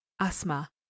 Asma